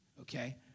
okay